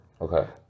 Okay